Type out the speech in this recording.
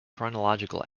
chronological